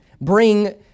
bring